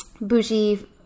bougie